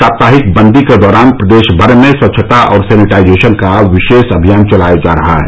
साप्ताहिक बन्दी के दौरान प्रदेश भर में स्वच्छता और सैनिटाइजेशन का विशेष अभियान चलाया जा रहा है